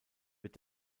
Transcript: wird